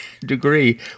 degree